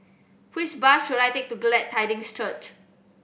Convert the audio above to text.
which bus should I take to Glad Tidings Church